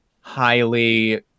highly